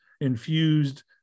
infused